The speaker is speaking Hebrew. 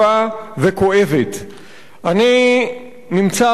אני נמצא הרבה מאוד בשכונות הדרום של תל-אביב,